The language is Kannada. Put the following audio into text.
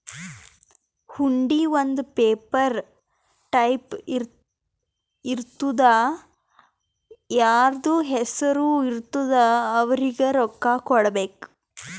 ಹುಂಡಿ ಒಂದ್ ಪೇಪರ್ ಟೈಪ್ ಇರ್ತುದಾ ಯಾರ್ದು ಹೆಸರು ಇರ್ತುದ್ ಅವ್ರಿಗ ರೊಕ್ಕಾ ಕೊಡ್ಬೇಕ್